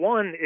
One